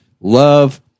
love